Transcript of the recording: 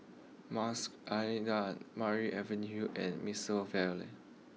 Mas an Maria Avenue and Mimosa Vale